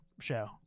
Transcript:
show